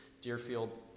Deerfield